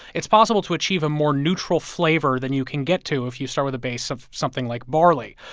it's possible to achieve a more neutral flavor than you can get to if you start with a base of something like barley.